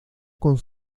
con